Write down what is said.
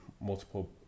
multiple